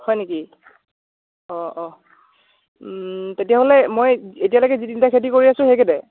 হয় নেকি অ' অ' তেতিয়াহ'লে মই এতিয়ালৈকে যি তিনিটা খেতি কৰি আছো সেইকেইটাই